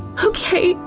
okay,